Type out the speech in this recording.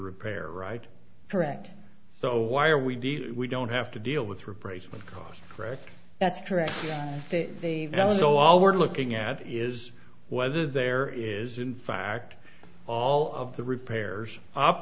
repair right correct so why are we did we don't have to deal with replacement cost correct that's correct to be done so all we're looking at is whether there is in fact all of the repairs up